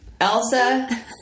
Elsa